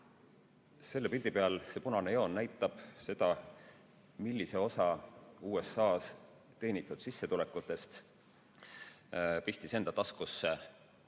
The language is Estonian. Selle pildi peal see punane joon näitab seda, millise osa USA-s teenitud sissetulekutest pistis enda taskusse